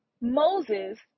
Moses